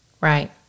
right